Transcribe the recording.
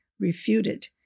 refuted